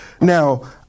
Now